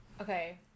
Okay